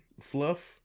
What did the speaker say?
fluff